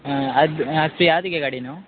आद फ्री आसा तुगे गाडी न्हू